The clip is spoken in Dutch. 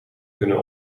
kunnen